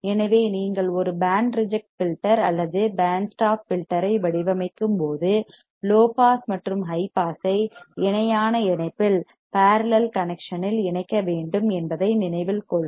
எனவே நீங்கள் ஒரு பேண்ட் ரிஜெக்ட் ஃபில்டர் அல்லது பேண்ட் ஸ்டாப் ஃபில்டர் ஐ வடிவமைக்கும்போது லோ பாஸ் மற்றும் ஹை பாஸை இணையான இணைப்பில் பார்லல் கனெக்சன் இல் இணைக்க வேண்டும் என்பதை நினைவில் கொள்க